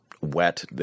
wet